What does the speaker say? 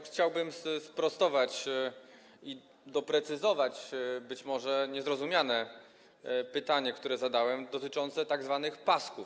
Chciałbym sprostować i doprecyzować być może niezrozumiane pytanie, które zadałem, dotyczące tzw. pasków.